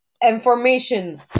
information